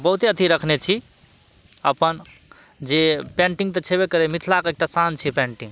बहुते अथी रखने छी अपन जे पेन्टिंग तऽ छेबै करै मिथिलाके एकटा शान छै पेन्टिंग